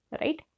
Right